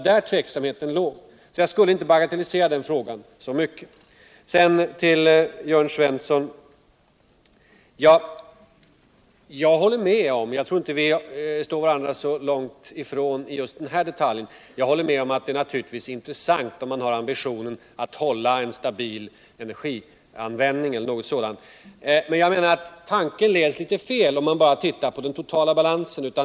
Jag skulle inte vilja bagatellisera den frågan så mycket. Jag håller med Jörn Svensson om — jag tror att vi inte står så långt från varandra när det gäller just denna detalj — att det naturligtvis är intressant, om man har den ambitionen att hålla en stabil energianvändning. Men tanken löper fel om man bara ser på den totala balansen.